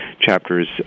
chapters